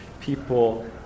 people